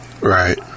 Right